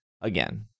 again